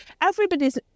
everybody's